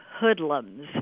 hoodlums